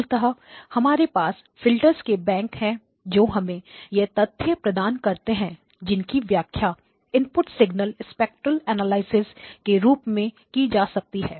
मूलतः हमारे पास फिल्टर्स के बैंक है जो हमें वह तथ्य प्रदान करते हैं जिनकी व्याख्या इनपुट सिगनल स्पेक्ट्रल एनालिसिस के रूप में की जा सकती है